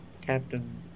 Captain